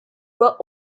were